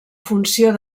funció